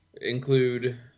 include